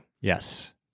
Yes